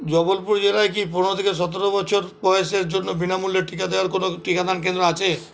জবলপুর জেলায় কি পনেরো থেকে সতেরো বছর বয়েসের জন্য বিনামূল্যে টিকা দেওয়ার কোনো টিকাদান কেন্দ্র আছে